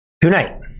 tonight